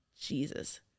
jesus